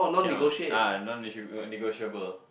cannot ah non negotia~ negotiable